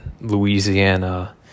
Louisiana